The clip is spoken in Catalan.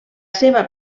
seva